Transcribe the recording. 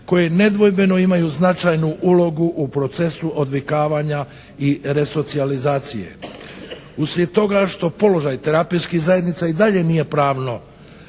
koji nedvojbeno imaju značajnu ulogu u procesu odvikavanja i resocijalizacije. Uslijed toga što položaj terapijskih zajednica i dalje nije pravno